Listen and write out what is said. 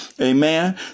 Amen